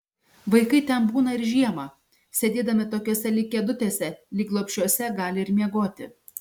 vaikai ten būna ir žiemą sėdėdami tokiose lyg kėdutėse lyg lopšiuose gali ir miegoti